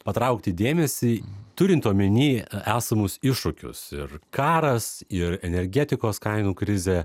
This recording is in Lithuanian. patraukti dėmesį turint omeny esamus iššūkius ir karas ir energetikos kainų krizė